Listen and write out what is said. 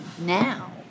now